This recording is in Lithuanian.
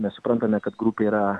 mes suprantame kad grupė yra